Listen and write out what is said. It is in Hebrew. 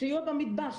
סיוע במטבח,